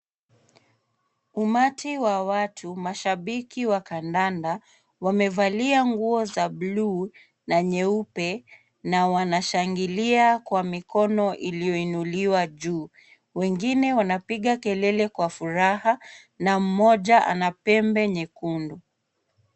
Umati wa watu mashabiki wa kandanda wamevalia nguo za blue na nyeupe na wanashangilia kwa mikono iliyoinuliwa juu. Wengine wanapiga kelele kwa furaha na mmoja ana pembe nyekundu.